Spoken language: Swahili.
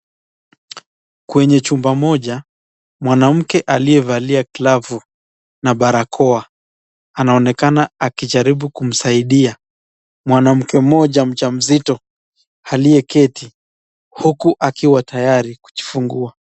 Kwenye chumba moja, mwanamke aliyevalia glavu na barakoa anaonekana akijaribu kumsaidia mwanamke mmoja mjamzito aliyeketi, huku akiwa tayari kujifungua.